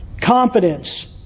Confidence